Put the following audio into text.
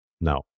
No